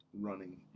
running